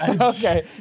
Okay